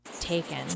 taken